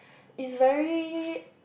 it's very